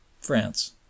France